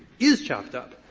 is chopped up,